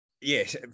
yes